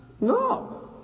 No